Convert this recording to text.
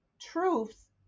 truths